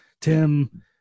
Tim